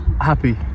Happy